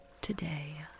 today